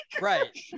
right